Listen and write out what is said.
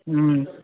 ହଁ